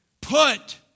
put